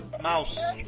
Mouse